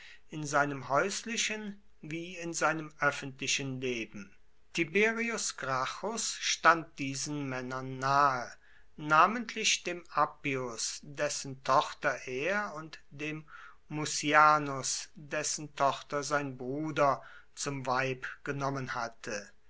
in seinem häuslichen wie in seinem öffentlichen leben tiberius gracchus stand diesen männern nahe namentlich dem appius dessen tochter er und dem mucianus dessen tochter sein bruder zum weib genommen hatte